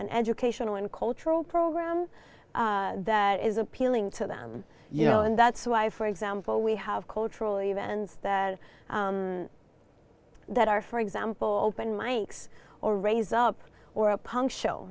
an educational and cultural program that is appealing to them you know and that's why for example we have cultural events that that are for example open mikes or raise up or a punk show